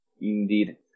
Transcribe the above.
indeed